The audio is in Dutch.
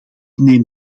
neem